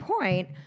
point